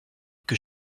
que